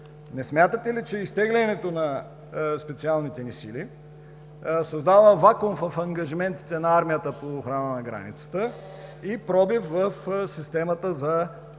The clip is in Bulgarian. не смятате ли, че изтеглянето на специалните ни сили създава вакуум в ангажиментите на армията по охрана на границата и пробив в системата за